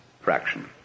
fraction